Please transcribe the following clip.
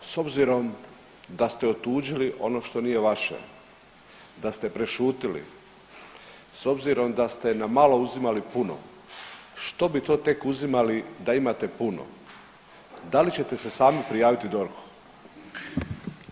S obzirom da ste otuđili ono što nije vaše, da ste prešutili, s obzirom da ste na malo uzimali puno, što bi to tek uzimali da imate puno, da li ćete se sami prijaviti DORH-u?